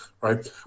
right